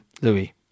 Louis